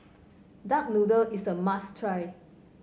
Duck Noodle is a must try